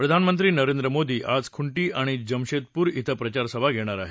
प्रधानमंत्री नरेंद्र मोदी आज खुंट्टी आणि जमशेदपूर इथं प्रचार सभा घेणार आहेत